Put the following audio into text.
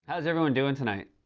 how's everyone doin' tonight?